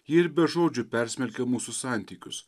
jie ir be žodžių persmelkia mūsų santykius